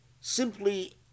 simply